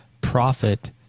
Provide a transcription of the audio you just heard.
profit